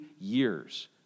years